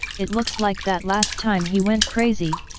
it looks like that last time he went crazy,